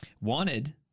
Wanted